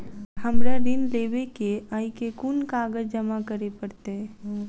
हमरा ऋण लेबै केँ अई केँ कुन कागज जमा करे पड़तै?